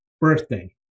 birthday